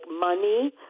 money